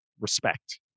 respect